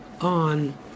on